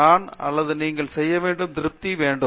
நான் அல்லது நீங்கள் செய்ய வேண்டும் திருப்தி வேண்டும்